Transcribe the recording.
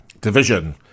division